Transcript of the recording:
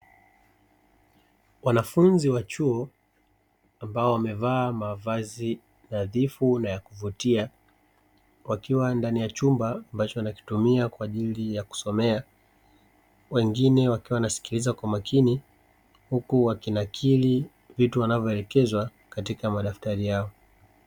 Wanafunzi wa chuo, ambao wamevaa mavazi nadhifu na ya kuvutia, wakiwa ndani ya chumba ambacho wanakitumia kwa ajili ya kusomea, wengine wakiwa wanasikiliza kwa makini huku wakinakiri vitu wanavyoelekezwa katika madaftali yao.